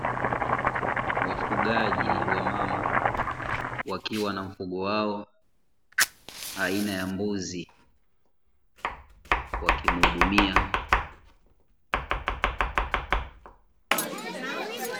Wafugaji wamama wakiwa na mfugo wao aina ya mbuzi, wakimhudumia.